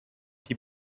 die